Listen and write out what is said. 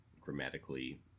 grammatically